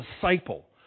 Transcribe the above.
disciple